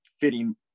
fitting